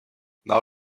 now